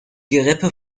gerippe